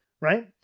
Right